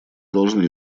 должны